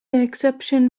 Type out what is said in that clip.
exception